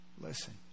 listen